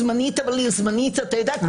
זמנית, אתה יודע כמה זמן זה זמנית.